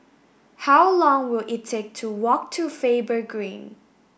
how long will it take to walk to Faber Green